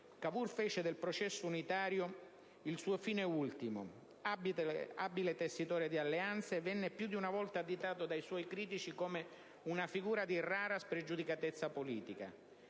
Cavour fece del processo unitario il suo fine ultimo. Abile tessitore di alleanze, venne più di una volta additato dai suoi critici come una figura di rara spregiudicatezza politica.